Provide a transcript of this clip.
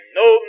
no